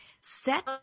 set